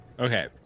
Okay